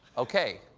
okay,